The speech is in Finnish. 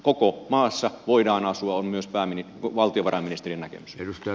koko maassa voidaan asua on myös valtiovarainministeriön näkemys